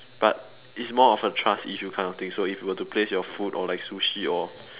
but is more of a trust issue kind of thing so if you were to place your food or like sushi or